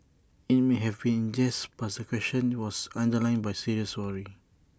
IT may have been in jest but the question was underlined by serious worry